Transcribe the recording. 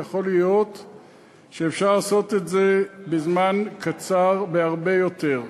ויכול להיות שאפשר לעשות את זה בזמן קצר הרבה יותר.